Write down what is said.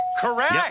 Correct